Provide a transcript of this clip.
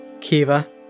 Kiva